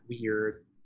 weird